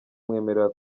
mwemerera